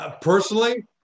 personally